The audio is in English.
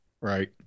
right